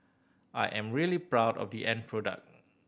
I am really proud of the end product